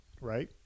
Right